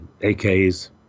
AKs